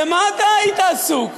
במה אתה היית עסוק?